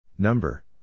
Number